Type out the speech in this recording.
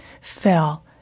fell